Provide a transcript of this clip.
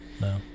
no